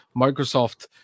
Microsoft